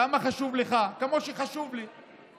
כמה חשוב לך, כמו שחשוב לי.